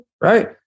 right